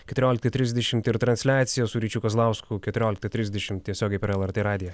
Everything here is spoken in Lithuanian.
keturioliktą trisdešimt ir transliacija su ryčiu kazlausku keturioliktą trisdešimt tiesiogiai per lrt radiją